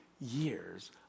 years